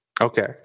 Okay